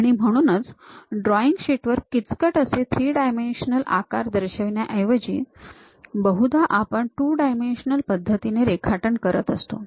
आणि म्हणूनच drawing sheet वर किचकट असे थ्री डायमेन्शनल आकार दर्शविण्याऐवजी बहुधा आपण टू डायमेंशनल पद्धतीने रेखाटन करत असतो